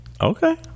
Okay